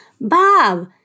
Bob